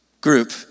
group